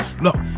Look